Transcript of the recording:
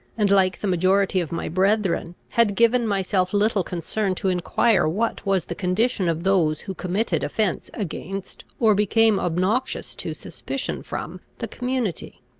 and, like the majority of my brethren, had given myself little concern to enquire what was the condition of those who committed offence against, or became obnoxious to suspicion from, the community.